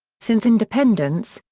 since independence,